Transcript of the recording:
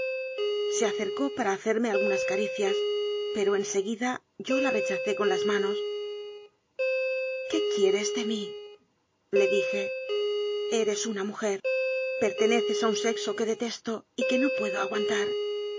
se acercó para ha cerme algunas caricias pero en seguida yo la re chacé con las manos qué quieres de mí le dije eres una mujer perteneces a un sexo que detesto y que no puedo aguantar